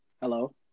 Hello